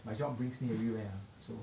my job brings me everywhere uh so